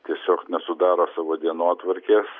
tiesiog nesudaro savo dienotvarkės